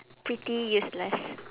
pretty useless